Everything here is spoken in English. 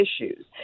issues